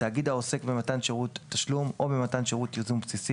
תאגיד העוסק במתן שירות תשלום או במתן שירות ייזום בסיסי,